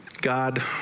God